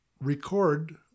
record